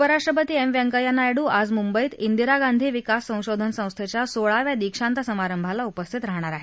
उपराष्ट्रपती एम व्यंकय्या नायडू आज मुंबईत दिरा गांधी विकास संशोधन संस्थेच्या सोळाव्या दीक्षांत समारंभाला उपस्थित राहणार आहेत